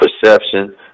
perception